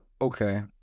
okay